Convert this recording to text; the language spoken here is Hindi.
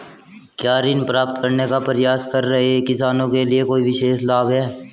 क्या ऋण प्राप्त करने का प्रयास कर रहे किसानों के लिए कोई विशेष लाभ हैं?